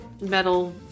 metal